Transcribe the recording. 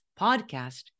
podcast